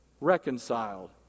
reconciled